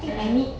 mm